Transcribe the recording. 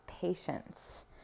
patience